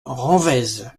renwez